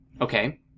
Okay